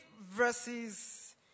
verses